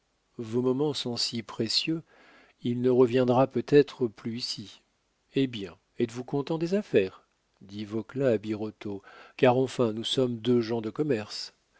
vos moments sont si précieux il ne reviendra peut-être plus ici eh bien êtes-vous content des affaires dit vauquelin à birotteau car enfin nous sommes deux gens de commerce